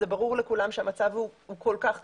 זה ברור לכולם שהמצב הוא כל כך קשה.